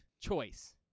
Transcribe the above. choice